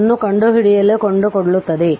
ಅನ್ನು ಕಂಡುಹಿಡಿಯಲು ಕಂಡುಕೊಳ್ಳುತ್ತದೆ